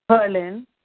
Berlin